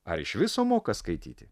ar iš viso moka skaityti